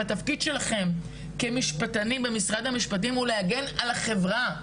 התפקיד שלכם כמשפטנים במשרד המשפטים הוא להגן על החברה,